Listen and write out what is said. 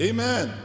Amen